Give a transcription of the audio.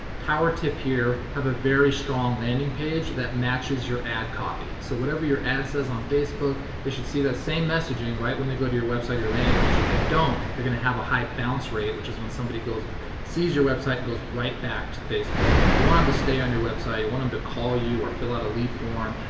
power tip here, have a very strong landing page that matches your ad copy. so, whatever your ad says on facebook, they should see that same messaging right when they go to your website or your landing page. if they don't, you're gonna have a high bounce rate, which is when somebody sees your website and goes right back to facebook. you want em to stay on your website. you want em to call you or fill out a lead form,